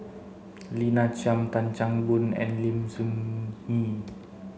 Lina Chiam Tan Chan Boon and Lim Soo Ngee